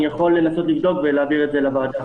אני יכול לבדוק ולהעביר לוועדה.